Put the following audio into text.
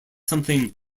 something